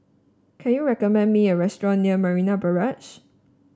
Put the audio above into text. can you recommend me a restaurant near Marina Barrage